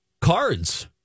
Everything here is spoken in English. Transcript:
Cards